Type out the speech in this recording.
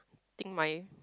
thing my